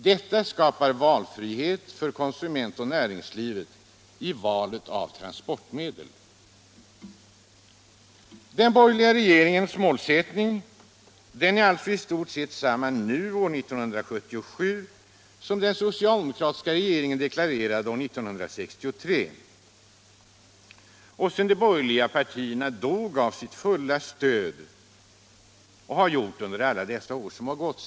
Detta skapar valfrihet för konsument och näringsliv i valet av transportmedel.” Den borgerliga regeringens målsättning tycks alltså år 1977 vara i stort sett densamma som den socialdemokratiska regeringen deklarerade år 1963 och som de borgerliga partierna gett sitt fulla stöd under alla dessa år.